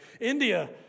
India